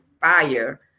fire